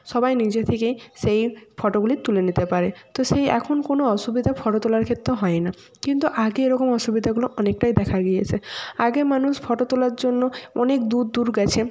সবাই নিজে থেকেই সেই ফটোগুলি তুলে নিতে পারে তো সেই এখন কোন অসুবিধে ফটো তোলার ক্ষেত্রে হয় না কিন্তু আগে এরকম অসুবিধেগুলো অনেকটাই দেখা গিয়েছে আগে মানুষ ফটো তোলার জন্য অনেক দূর দূর গেছে